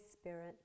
Spirit